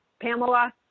Pamela